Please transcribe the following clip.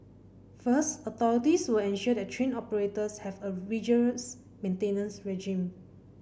first authorities will ensure that train operators have a rigorous maintenance regime